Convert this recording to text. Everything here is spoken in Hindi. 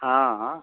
हाँ हाँ